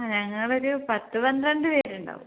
ആ ഞങ്ങളൊരു പത്തുപന്ത്രണ്ട് പേരുണ്ടാവും